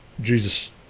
Jesus